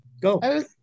go